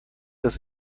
das